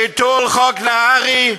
ביטול חוק נהרי,